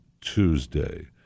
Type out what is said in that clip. Tuesday